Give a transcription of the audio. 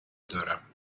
دارم